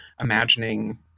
imagining